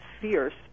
fierce